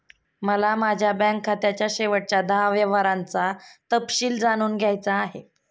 मला माझ्या बँक खात्याच्या शेवटच्या दहा व्यवहारांचा तपशील जाणून घ्यायचा आहे